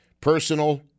Personal